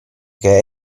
che